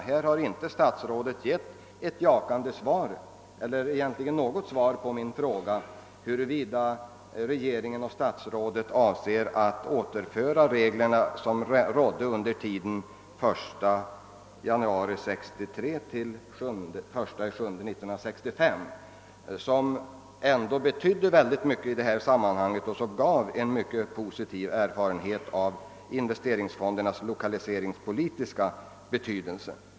Statsrådet har ännu inte givit ett jakande svar eller ens något svar alls på min fråga huruvida regeringen och statsrådet avser att återinföra de regler, som gällde under tiden den 1 januari 1963 till den 1 juli 1965. De betydde ändå oerhört mycket i detta sammanhang och ledde till mycket positiva erfarenheter av investeringsfondernas lokaliseringspolitiska betydelse.